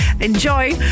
Enjoy